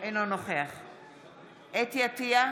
אינו נוכח חוה אתי עטייה,